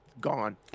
gone